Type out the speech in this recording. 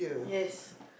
yes